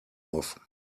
off